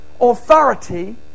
authority